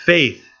Faith